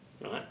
right